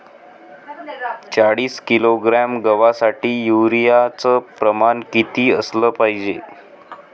चाळीस किलोग्रॅम गवासाठी यूरिया च प्रमान किती असलं पायजे?